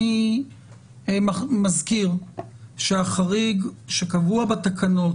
אני מזכיר שהחריג שקבוע בתקנות,